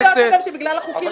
בגלל החוקים